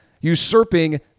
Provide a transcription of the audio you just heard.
usurping